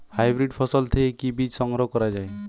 Hybrid ফসল থেকে কি বীজ সংগ্রহ করা য়ায়?